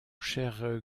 cher